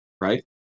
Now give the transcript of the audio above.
right